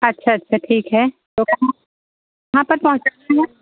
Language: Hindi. अच्छा अच्छा ठीक है टोका कौन कहाँ तक पहुँच सकती है